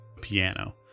piano